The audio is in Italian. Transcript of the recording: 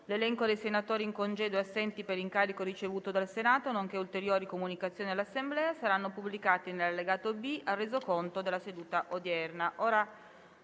L'elenco dei senatori in congedo e assenti per incarico ricevuto dal Senato, nonché ulteriori comunicazioni all'Assemblea saranno pubblicati nell'allegato B al Resoconto della seduta odierna.